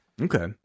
okay